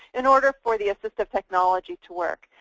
an order for the assistive technology to work.